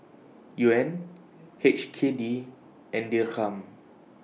Yuan H K D and Dirham